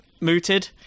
mooted